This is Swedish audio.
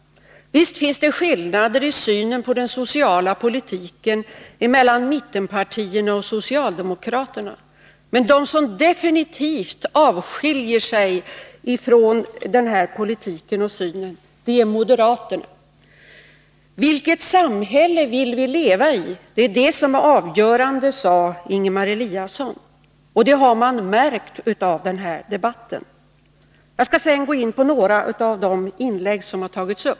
Visst finns det skillnader i fråga om synen på den sociala politiken när det gäller mittenpartierna och socialdemokraterna, men de som definitivt avviker i det avseendet är moderaterna. Det avgörande är vilket samhälle vi vill leva i, sade Ingemar Eliasson, och det har framgått av den här debatten. Jag skall sedan gå in på några av inläggen här.